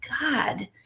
god